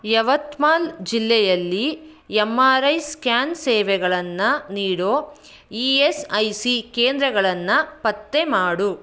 ಯವತ್ಮಾಲ್ ಜಿಲ್ಲೆಯಲ್ಲಿ M R I scan ಸೇವೆಗಳನ್ನು ನೀಡೋ ಇ ಎಸ್ ಐ ಸಿ ಕೇಂದ್ರಗಳನ್ನು ಪತ್ತೆ ಮಾಡು